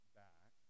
back